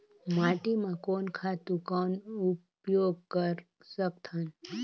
माटी म कोन खातु कौन उपयोग कर सकथन?